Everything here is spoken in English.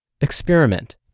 Experiment